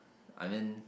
I mean